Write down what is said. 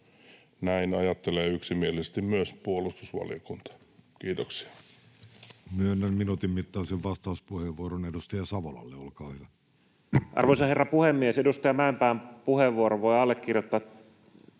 Näin ajattelee yksimielisesti myös puolustusvaliokunta. — Kiitoksia. Myönnän minuutin mittaisen vastauspuheenvuoron edustaja Savolalle. — Olkaa hyvä. Arvoisa herra puhemies! Edustaja Mäenpään puheenvuoron voi allekirjoittaa